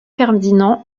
ferdinand